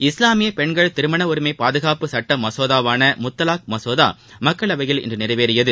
இஸ்லாமிய பெண்கள் திருமண உரிமை பாதுகாப்பு சட்ட மசோதாவான முத்தவாக் மசோதா மக்களவையில் இன்று நிறைவேறியது